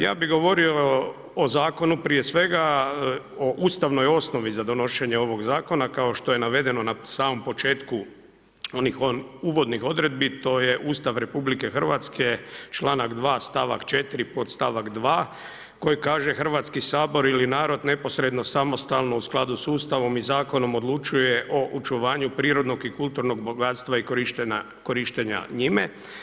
Ja bih govorio o zakonu prije svega, o ustavnoj osnovi za donošenje ovog zakona kao što je navedeno na samom početku onih uvodnih odredbi, to je Ustav RH članak 2. stavak 4. podstavak 2. koji kaže „Hrvatski sabor ili narod neposredno, samostalno u skladu s Ustavom i zakonom odlučuje o očuvanju prirodnog i kulturnog bogatstva i korištenja njime“